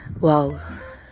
wow